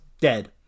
dead